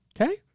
Okay